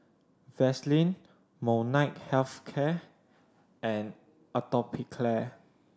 Vaselin Molnylcke Health Care and Atopiclair